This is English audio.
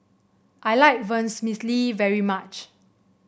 I like Vermicelli very much